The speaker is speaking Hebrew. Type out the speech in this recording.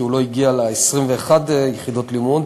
כי הוא לא הגיע ל-21 יחידות לימוד,